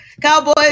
Cowboys